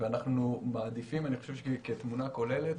ואנחנו מעדיפים כתמונה כוללת,